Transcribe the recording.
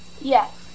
Yes